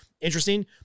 interesting